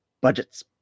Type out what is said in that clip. Budgets